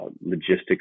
logistics